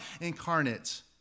incarnate